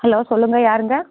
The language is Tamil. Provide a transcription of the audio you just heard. ஹலோ சொல்லுங்கள் யாருங்க